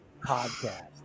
podcast